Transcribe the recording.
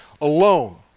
alone